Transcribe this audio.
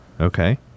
Okay